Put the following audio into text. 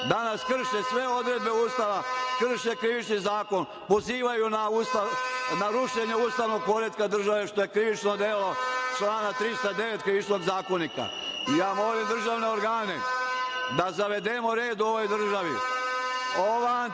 danas krše sve odredbe Ustava, krše Krivični zakon, pozivaju na rušenje ustavnog poretka države, što je krivično delo člana 309. Krivičnog zakonika. Molim državne organe da zavedemo red u ovoj državi.